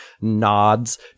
nods